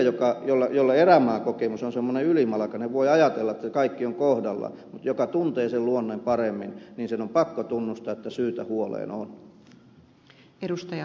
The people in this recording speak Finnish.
sille jolle erämaakokemus on semmoinen ylimalkainen voi ajatella että kaikki on kohdallaan mutta joka tuntee sen luonnon paremmin sen on pakko tunnustaa että syytä huoleen on